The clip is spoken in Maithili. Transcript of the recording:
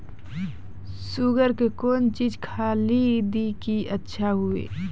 शुगर के कौन चीज खाली दी कि अच्छा हुए?